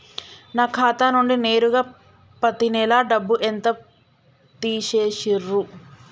నా ఖాతా నుండి నేరుగా పత్తి నెల డబ్బు ఎంత తీసేశిర్రు?